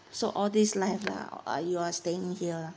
so all these life lah uh you are staying here ah